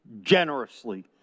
generously